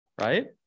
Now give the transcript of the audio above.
Right